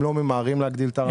הם לא ממהרים להגדיל את הארנונה.